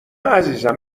عزیزم